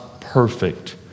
perfect